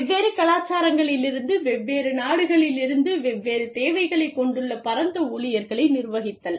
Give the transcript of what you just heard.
வெவ்வேறு கலாச்சாரங்களிலிருந்து வெவ்வேறு நாடுகளிலிருந்து வெவ்வேறு தேவைகளைக் கொண்டுள்ள பரந்த ஊழியர்களை நிர்வகித்தல்